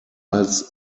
als